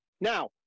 Now